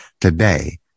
today